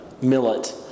millet